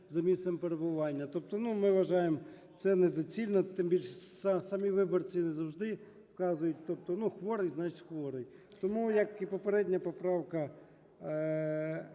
за місцем перебування. Тобто, ну, ми вважаємо, це недоцільно. Тим більше, самі виборці не завжди вказують, тобто, ну, хворий - значить, хворий. Тому, як і попередня поправка,